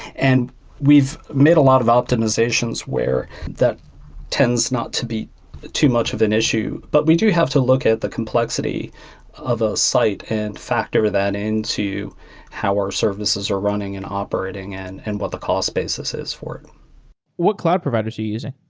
and we've met a lot of optimizations where that tends not to be too much of an issue. but we do have to look at the complexity of a site and factor that into how our services are running and operating and and what the cost basis is for it what cloud providers are you using?